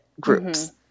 groups